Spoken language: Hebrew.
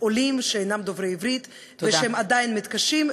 עולים שאינם דוברי עברית ועדיין מתקשים,